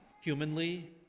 humanly